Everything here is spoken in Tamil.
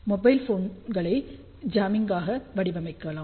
மொபைல் போன்களை ஜாம்மிங்காக வடிவமைக்கலாம்